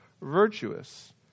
virtuous